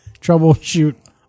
troubleshoot